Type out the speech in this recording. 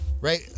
right